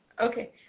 Okay